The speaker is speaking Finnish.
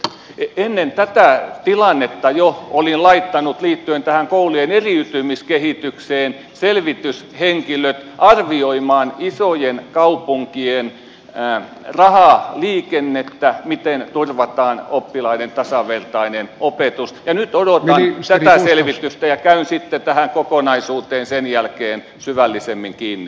jo ennen tätä tilannetta olin laittanut liittyen tähän koulujen eriytymiskehitykseen selvityshenkilöt arvioimaan isojen kaupunkien rahaliikennettä miten turvataan oppilaiden tasavertainen opetus ja nyt odotan tätä selvitystä ja käyn sitten tähän kokonaisuuteen sen jälkeen syvällisemmin kiinni